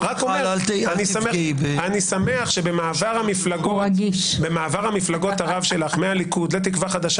אמרתי שאני שמח שבמעבר המפלגות הרב שלך מהליכוד לתקווה חדשה